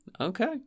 Okay